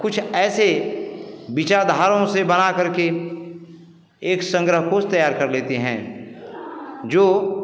कुछ ऐसे विचारधारों से बड़ा करके एक संग्रह कोश तैयार कर लेते हैं जो